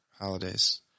holidays